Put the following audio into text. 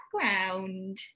background